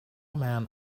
man